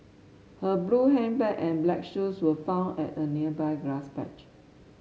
her blue handbag and black shoes were found at a nearby grass patch